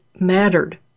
mattered